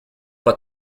pas